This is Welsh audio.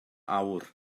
awr